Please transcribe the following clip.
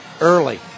early